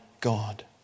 God